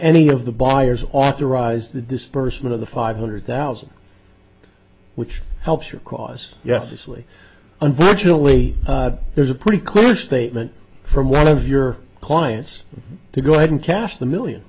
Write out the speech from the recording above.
any of the buyers authorized the disbursement of the five hundred thousand which helps your cause yes actually unfortunately there's a pretty clear statement from one of your clients to go ahead and cast the million